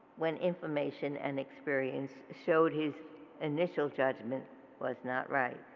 when information and experience showed his initial judgement was not right.